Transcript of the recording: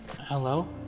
Hello